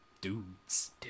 dudes